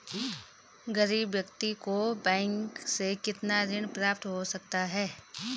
गरीब व्यक्ति को बैंक से कितना ऋण प्राप्त हो सकता है?